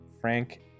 Frank